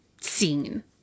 scene